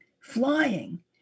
flying